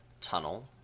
Tunnel